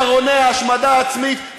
אתם ברוני ההשמדה העצמית.